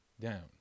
down